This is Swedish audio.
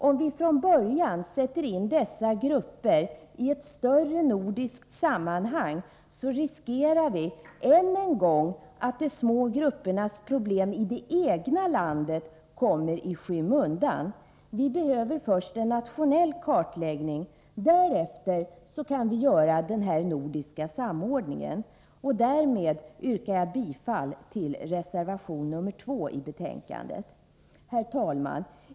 Om vi från början sätter in dessa grupper i ett större nordiskt sammanhang, riskerar vi än en gång att de små gruppernas problem i det egna landet kommer i skymundan. Vi behöver först en nationell kartläggning. Därefter kan vi göra en nordisk samordning. Därmed yrkar jag bifall till reservation nr 2. Herr talman!